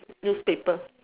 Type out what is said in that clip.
newspaper